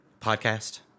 Podcast